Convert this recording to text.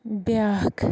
بیٛاکھ